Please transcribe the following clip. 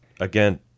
Again